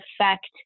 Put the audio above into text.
affect